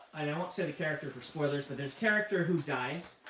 i won't say the character for spoilers, but this character who dies.